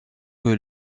que